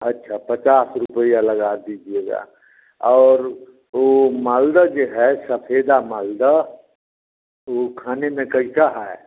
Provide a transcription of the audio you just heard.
अच्छा तो पचास रुपया लगा दीजिएगा और वह मालदा जी है सफेदा मालदा तो वह खाने में कैसा है